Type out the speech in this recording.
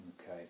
Okay